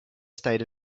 state